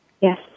Yes